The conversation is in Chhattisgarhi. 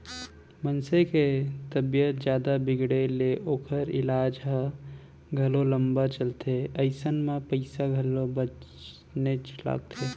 मनसे के तबीयत जादा बिगड़े ले ओकर ईलाज ह घलौ लंबा चलथे अइसन म पइसा घलौ बनेच लागथे